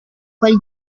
quel